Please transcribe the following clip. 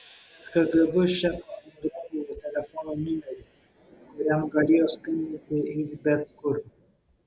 jis turėjo net kgb šefo andropovo telefono numerį kuriam galėjo skambinti iš bet kur